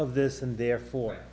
of this and therefore